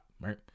right